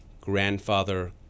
Grandfather